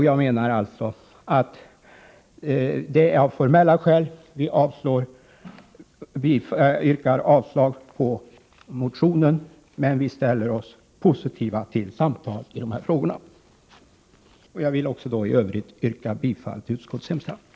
Jag menar alltså att det är av formella skäl vi yrkar avslag på motionen, men vi ställer oss positiva till samtal i de här frågorna. Jag vill också i övrigt yrka bifall till utskottets hemställan.